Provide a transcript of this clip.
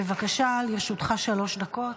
בבקשה, לרשותך שלוש דקות.